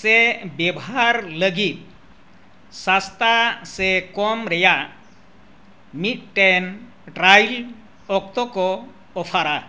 ᱥᱮ ᱵᱮᱵᱷᱟᱨ ᱞᱟᱹᱜᱤᱫ ᱥᱚᱥᱛᱟ ᱥᱮ ᱠᱚᱢ ᱨᱮᱭᱟᱜ ᱢᱤᱫᱴᱮᱱ ᱴᱨᱟᱭᱟᱞ ᱚᱠᱛᱚ ᱠᱚ ᱚᱯᱷᱟᱨᱟ